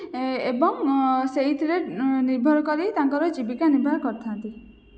ଏବଂ ସେଇଥିରେ ନିର୍ଭର କରି ତାଙ୍କର ଜୀବିକା ନିର୍ବାହ କରିଥାନ୍ତି